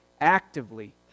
actively